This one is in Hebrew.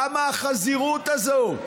למה החזירות הזו?